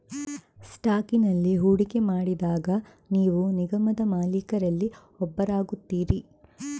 ಸ್ಟಾಕಿನಲ್ಲಿ ಹೂಡಿಕೆ ಮಾಡಿದಾಗ ನೀವು ನಿಗಮದ ಮಾಲೀಕರಲ್ಲಿ ಒಬ್ಬರಾಗುತ್ತೀರಿ